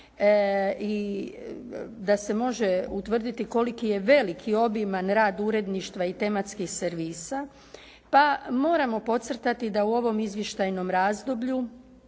i da se može utvrditi koliki je veliki obiman rad uredništva i tematskih servisa pa moramo podcrtati da u ovom izvještajnom razdoblju